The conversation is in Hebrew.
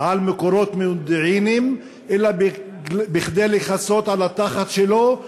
על מקורות מודיעיניים אלא כדי לכסות על התחת שלו,